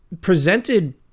presented